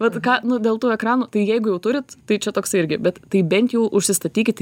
bet ką nu dėl tų ekranų tai jeigu jau turit tai čia toks irgi bet tai bent jau užsistatykit